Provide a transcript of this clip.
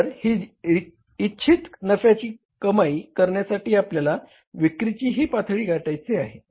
तर ही इच्छित नफ्याची कमाई करण्यासाठी आपल्याला विक्रीची ही पातळी गाठायची आहे